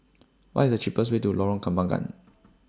What IS The cheapest Way to Lorong Kembangan